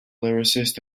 lyricist